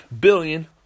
billion